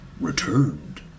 returned